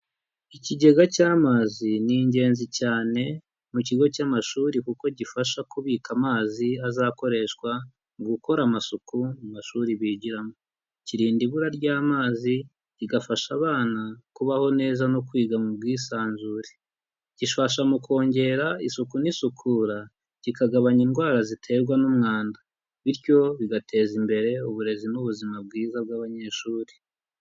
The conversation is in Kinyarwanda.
Ikigega cy'amazi ni ingenzi cyane mu kigo cy'amashuri kuko gifasha kubika amazi azakoreshwa mu gukora amasuku mu mashuri bigiramo. Kirinda ibura ry'amazi kigafasha abana kubaho neza no kwiga mu bwisanzure. Gifasha mu kongera isuku n'isukura, kikagabanya indwara ziterwa n'umwanda, bityo bigateza imbere uburezi n'ubuzima bwiza bw'abanyeshuri.